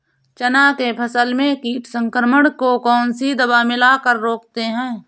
चना के फसल में कीट संक्रमण को कौन सी दवा मिला कर रोकते हैं?